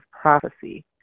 prophecy